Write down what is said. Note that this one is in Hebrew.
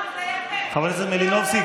חברת הכנסת מלינובסקי,